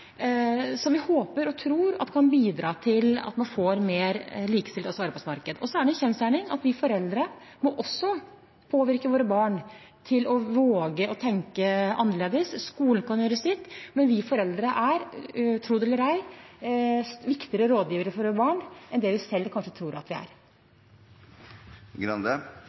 vi håper og tror kan bidra til at man også får et mer likestilt arbeidsmarked. Det er en kjensgjerning at vi foreldre også må påvirke våre barn til å våge å tenke annerledes. Skolen kan gjøre sitt, men vi foreldre er – tro det eller ei – viktigere rådgivere for våre barn enn det vi selv kanskje tror at vi er.